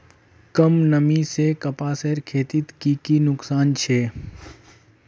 कम नमी से कपासेर खेतीत की की नुकसान छे?